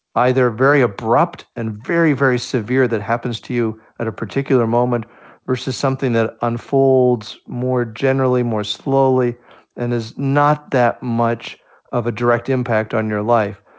either very abrupt and very, very severe that happens to you at a particular moment versus something that unfolds more generally, more slowly and is not that much of a direct impact on your life.